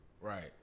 Right